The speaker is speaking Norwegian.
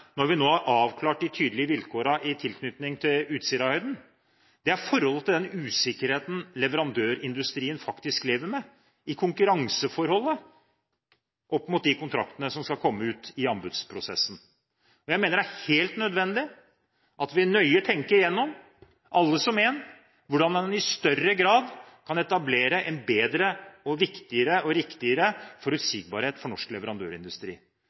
når vi nå har avklart de tydelige vilkårene i tilknytning til Utsirahøyden. Det er forholdet til den usikkerheten leverandørindustrien faktisk lever med i konkurranseforholdet opp mot de kontraktene som skal komme ut av anbudsprosessen. Jeg mener det er helt nødvendig at vi nøye tenker gjennom, alle som en, hvordan en i større grad kan etablere en bedre, viktigere og riktigere forutsigbarhet for norsk leverandørindustri.